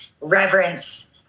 reverence